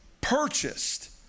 purchased